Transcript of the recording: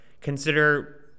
consider